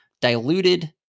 diluted